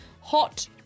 Hot